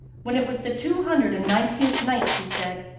when it was the two hundred and nineteenth night, she said,